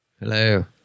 Hello